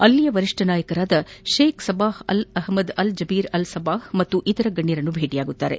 ಅಲ್ಲಿಯ ವರಿಷ್ಠ ನಾಯಕರಾದ Sheikh Sabah Al Ahmad Al Jaber Al Sabah ಮತ್ತು ಇತರ ಗಣ್ಣರನ್ನು ಭೇಟಿಯಾಗಲಿದ್ದಾರೆ